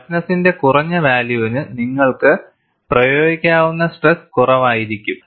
ടഫ്നെസ്സിന്റെ കുറഞ്ഞ വാല്യൂവിന് നിങ്ങൾക്ക് പ്രയോഗിക്കാവുന്ന സ്ട്രെസ് കുറവായിരിക്കും